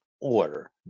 order